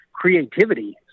creativity